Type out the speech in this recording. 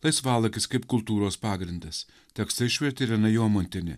laisvalaikis kaip kultūros pagrindas tekstą išvertė irena jomantienė